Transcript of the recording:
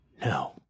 No